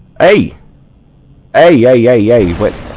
a a a